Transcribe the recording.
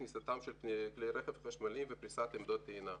כניסתם של כלי רכב חשמליים ופריסת עמדות טעינה.